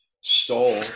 stole